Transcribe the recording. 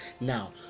Now